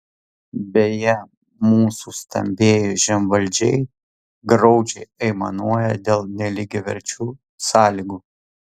beje mūsų stambieji žemvaldžiai graudžiai aimanuoja dėl nelygiaverčių sąlygų